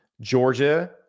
Georgia